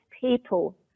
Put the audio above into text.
people